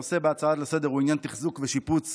הנושא בהצעה לסדר-היום הוא עניין תחזוק ושיפוץ